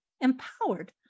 empowered